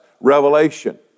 revelation